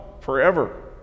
forever